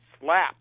slap